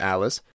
Alice